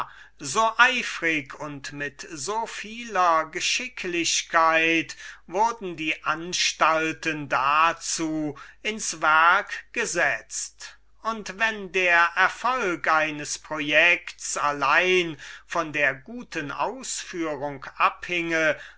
so eifrig und mit so vieler geschicklichkeit wurden die anstalten dazu ins werk gesetzt und wir müssen gestehen daß wenn der erfolg eines projekts allein von der guten ausführung abhinge